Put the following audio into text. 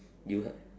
you ha~